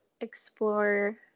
explore